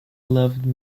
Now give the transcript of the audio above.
loved